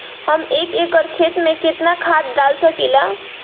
हम एक एकड़ खेत में केतना खाद डाल सकिला?